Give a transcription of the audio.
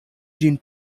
ĝin